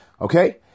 okay